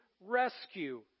rescue